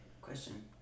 Question